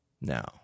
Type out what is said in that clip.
now